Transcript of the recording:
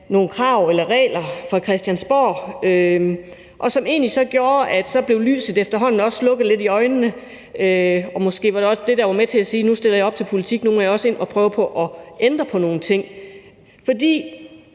nogle krav eller regler fra Christiansborg, og som egentlig så gjorde, at lyset efterhånden blev slukket lidt i øjnene. Måske var det også det, der var med til at få mig til at stille op til politik, for nu måtte jeg også ind og prøve på at ændre på nogle ting. For